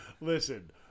Listen